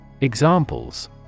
Examples